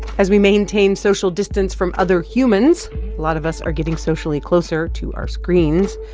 as we maintain social distance from other humans, a lot of us are getting socially closer to our screens.